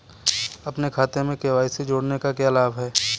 अपने खाते में के.वाई.सी जोड़ने का क्या लाभ है?